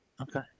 Okay